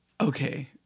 Okay